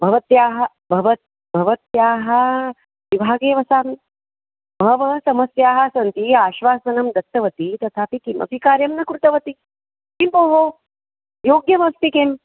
भवत्याः भवती भवत्याः विभागे वसामि बह्वयः समस्याः सन्ति आश्वासनं दत्तवती तथापि किमपि कार्यं न कृतवती किं भोः योग्यमस्ति किं